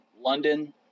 London